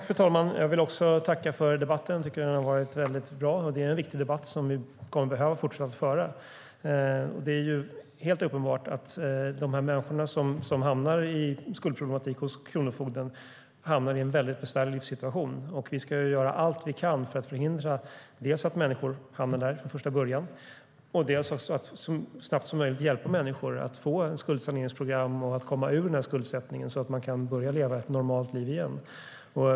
Fru talman! Jag vill också tacka för debatten. Jag tycker att den har varit väldigt bra. Det är en viktig debatt som vi fortsatt kommer att behöva föra. Det är helt uppenbart att de människor som hamnar hos kronofogden på grund av skuldproblematik har en väldigt besvärlig situation. Vi ska göra allt vi kan för att dels förhindra att människor hamnar där från början, dels så snabbt som möjligt hjälpa människor att få ett skuldsaneringsprogram och komma ur sin skuldsättning och börja leva ett normalt liv igen.